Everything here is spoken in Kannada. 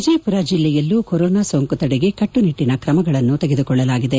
ವಿಜಯಮರ ಜಿಲ್ಲೆಯಲ್ಲೂ ಕೊರೋನಾ ಸೋಂಕು ತಡೆಗೆ ಕಟ್ಟುನಿಟ್ಟನ ಕ್ರಮಗಳನ್ನು ತೆಗೆದುಕೊಳ್ಳಲಾಗಿದೆ